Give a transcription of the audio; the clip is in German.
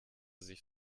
sich